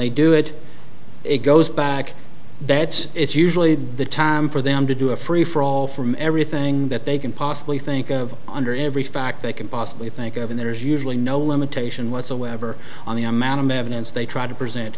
they do it it goes back that's it's usually the time for them to do a free for all from everything that they can possibly think of under every fact they can possibly think of and there's usually no limitation whatsoever on the amount of evidence they try to present